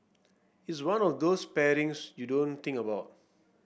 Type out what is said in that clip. it's one of those pairings you don't think about